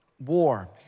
War